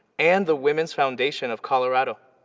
and the women's foundation of colorado.